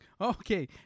Okay